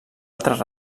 altres